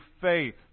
faith